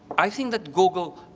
i think that google